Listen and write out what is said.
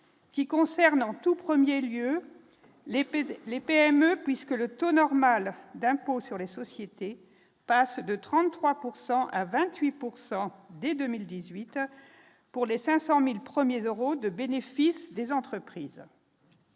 Qui concerne en tout 1er lieu les PC, les PME, puisque le taux normal d'impôt sur les sociétés, passe de 33 pourcent à 28 pourcent dès 2018 pour les 500000 premiers euros de bénéfices des entreprises.